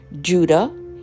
Judah